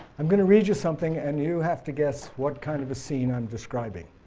i'm going to read you something and you have to guess what kind of a scene i'm describing.